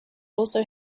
also